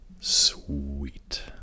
sweet